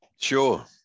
Sure